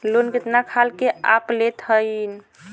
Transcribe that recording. Loan कितना खाल के आप लेत हईन?